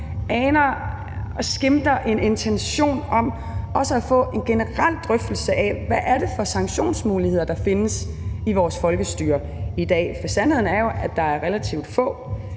forslag skimter en intention om også at få en generel drøftelse af, hvad det er for nogle sanktionsmuligheder, der findes i vores folkestyre i dag. Sandheden er jo, at der er relativt få.